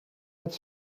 het